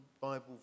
Bible